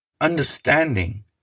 Understanding